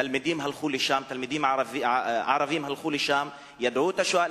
תלמידים ערבים הלכו לשם, ידעו על השואה.